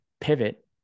pivot